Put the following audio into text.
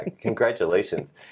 Congratulations